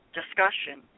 discussion